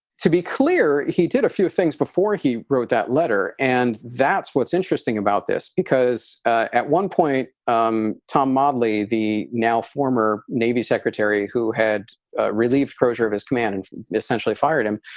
to be clear, he did a few things before he wrote that letter. and that's what's interesting about this, because at one point, um tom madley, the now former navy secretary who had relieved crozier of his command and essentially fired him,